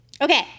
Okay